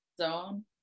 zone